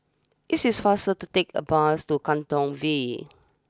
is is faster to take the bus to Katong V